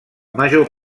major